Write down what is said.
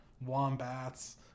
wombats